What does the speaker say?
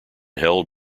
held